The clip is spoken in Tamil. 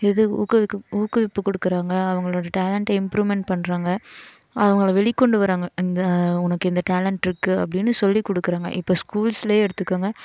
இது ஊக்குவிக்கும் ஊக்குவிப்பு கொடுக்குறாங்க அவங்களோட டேலண்ட்டை இம்ப்ரூவ்மென்ட் பண்ணுறாங்க அவங்களை வெளிக்கொண்டு வர்றாங்க இந்த உனக்கு இந்த டேலண்ட் இருக்குது அப்படின்னு சொல்லிக்கொடுக்குறாங்க இப்போ ஸ்கூல்ஸ்லையே எடுத்துக்கோங்க